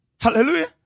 Hallelujah